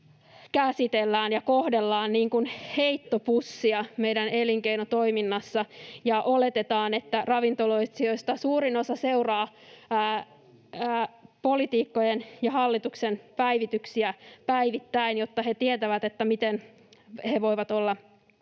käsitellään ja kohdellaan niin kuin heittopussia meidän elinkeinotoiminnassamme ja oletetaan, että ravintoloitsijoista suurin osa seuraa poliitikkojen ja hallituksen päivityksiä päivittäin, jotta he tietävät, miten he voivat olla